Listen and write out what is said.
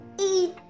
eat